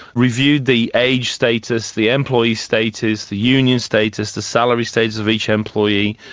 reviewed the age status, the employee status, the union status, the salary status of each employee,